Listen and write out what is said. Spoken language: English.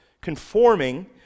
conforming